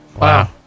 Wow